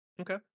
Okay